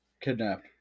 kidnapped